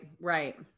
right